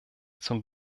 zum